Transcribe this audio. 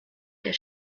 der